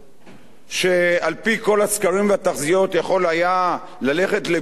שעל-פי כל הסקרים והתחזיות יכול היה ללכת לבחירות